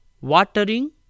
Watering